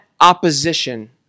opposition